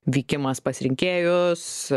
vykimas pas rinkėjus